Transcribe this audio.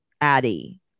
addy